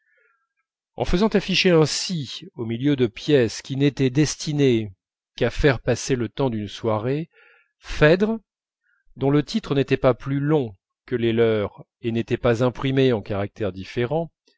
en faisant afficher ainsi au milieu de pièces qui n'étaient destinées qu'à faire passer le temps d'une soirée phèdre dont le titre n'était pas plus long que les leurs et n'était pas imprimé en caractères différents